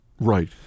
Right